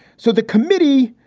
so the committee,